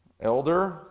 Elder